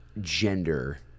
gender